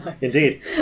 indeed